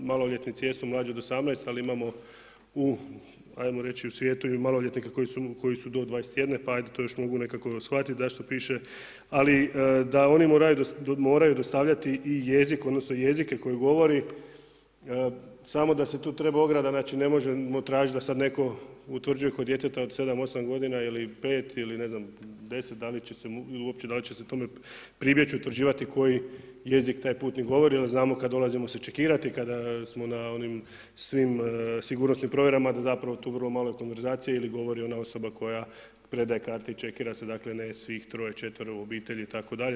Maloljetnici jesu mlađi od 18 ali imamo u ajmo reći i u svijetu i maloljetnika koji su do 21, pa ajde to još mogu nekako shvatiti zašto piše, ali da oni moraju dostavljati i jezik, odnosno jezike koje govori, samo da se tu treba ograda, znači ne možemo tražiti da sada netko utvrđuje kod djeteta od 7, 8 godina ili 5 ili ne znam 10, da li će se, ili uopće da li će tome pribjeći, utvrđivati koji jezik taj putnik govori jer znamo kada dolazimo se čekirati, kada smo na onim svim sigurnosnim provjerama da zapravo tu vrlo malo konverzacije ili govori ona osoba koja predaje karte i čekira se, dakle ne svih troje, četvero u obitelji itd.